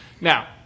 Now